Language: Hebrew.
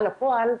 על סדר-היום: